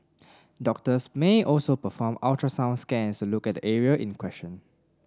doctors may also perform ultrasound scans to look at the area in question